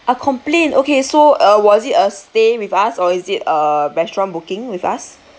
a complain okay so uh was it a stay with us or is it a restaurant booking with us